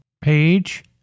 page